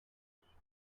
longest